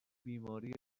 بیماری